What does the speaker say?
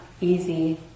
easy